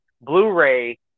Blu-ray